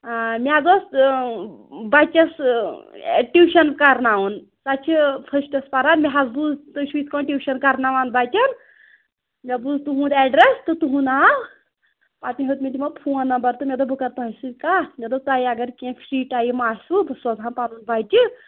آ مےٚ حظ اوس بَچَس ٹیٛوٗشَن کَرناوُن سۄ چھِ فٔسٹَس پَران مےٚ حظ بوٗز تُہۍ چھُو یِتھٕ پٲٹھۍ ٹیٛوٗشَن کَرناوان بَچَن مےٚ بوٗز تُہُنٛد ایڈرَس تہٕ تُہُنٛد ناو پَتہٕ ہیوٚت مےٚ تِمَن فون نمبر تہٕ مےٚ دوٚپ بہٕ کَرٕ تۄہہِ سۭتۍ کَتھ مےٚ دوٚپ تۄہہِ اگر کیٚنٛہہ فرٛی ٹایم آسوٕ بہٕ سوزٕہان پَنُن بَچہِ